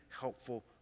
helpful